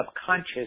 subconscious